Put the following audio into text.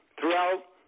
throughout